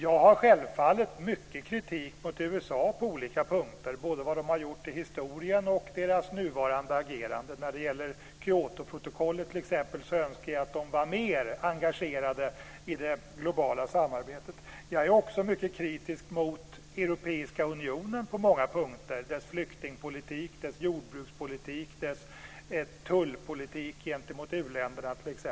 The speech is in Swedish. Jag har självfallet mycket kritik mot USA på olika punkter. Det gäller då både vad de gjort i historien och deras nuvarande agerande. När det gäller t.ex. Kyotoprotokollet skulle jag önska att de var mer engagerade i det globala samarbetet. Jag är också på många punkter mycket kritisk Europeiska unionen, t.ex. mot dess flyktingpolitik, dess jordbrukspolitik och dess tullpolitik gentemot u-länderna.